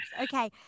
okay